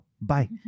bye